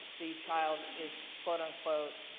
the child is quote unquote,